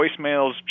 voicemails